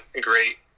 great